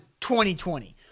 2020